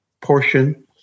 portion